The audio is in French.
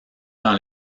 dans